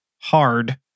hard